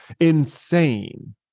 insane